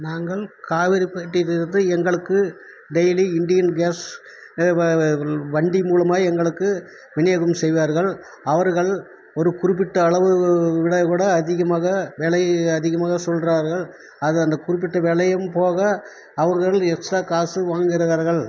நாங்கள் காவேரிப்பட்டியிலிருந்து எங்களுக்கு டெய்லி இண்டியன் கேஸ் வண்டி மூலமாய் எங்களுக்கு விநியோகம் செய்வார்கள் அவர்கள் ஒரு குறிப்பிட்ட அளவுகள் விட விட அதிகமாக விலையை அதிகமாக சொல்கிறார்கள் அது அந்த குறிப்பிட்ட விலையும் போக அவர்கள் எக்ஸ்ட்ரா காசு வாங்குகிறார்கள்